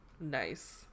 nice